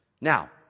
Now